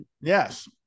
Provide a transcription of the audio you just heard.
Yes